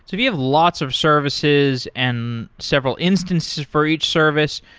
if you have lots of services and several instance for each service,